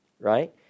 right